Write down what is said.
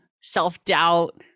self-doubt